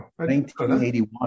1981